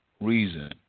reason